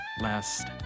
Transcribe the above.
last